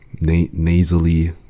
Nasally